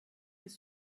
des